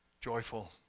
joyful